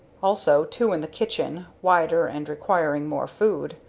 also two in the kitchen, wider, and requiring more food.